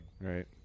right